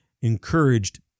encouraged